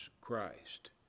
Christ